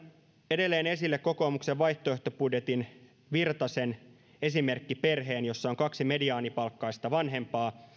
edelleen esille kokoomuksen vaihtoehtobudjetin virtasen esimerkkiperheen jossa on kaksi mediaanipalkkaista vanhempaa